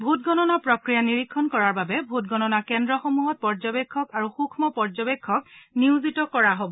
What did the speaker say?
vote গণনা প্ৰক্ৰিয়া নিৰিক্ষণ কৰাৰ বাবে ভোট গণনা কেন্দ্ৰসমূহত পৰ্যবেক্ষক আৰু সুক্ম পৰ্যবেক্ষক নিয়োজিত কৰা হব